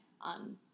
on